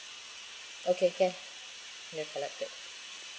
okay can we'll collect it